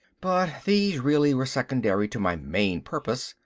but these really were secondary to my main purpose.